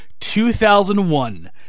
2001